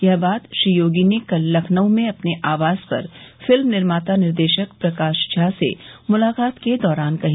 यह बात श्री योगी ने कल लखनऊ में अपने आवास पर फ़िल्म निर्माता निर्देशक प्रकाश झा से मुलाक़ात के दौरान कही